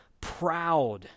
proud